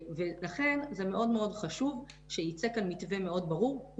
לכן זה מאוד מאוד חשוב שייצא כאן מתווה מאוד ברור,